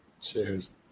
Cheers